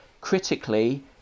Critically